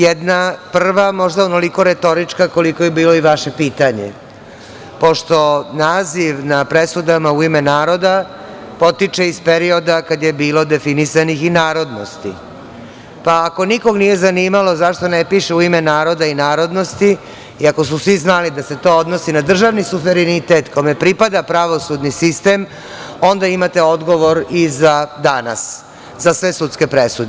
Jedna, prva, možda onoliko retorička koliko je bilo i vaše pitanje, pošto naziv na presudama "u ime naroda" potiče iz perioda kad je bilo definisanih i narodnosti, pa ako nikog nije zanimalo zašto ne piše "u ime naroda i narodnosti" i ako su svi znali da se to odnosi na državni suverenitet kome pripada pravosudni sistem onda imate odgovor i za danas za sve sudske presude.